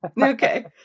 Okay